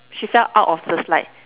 she fell out of the slide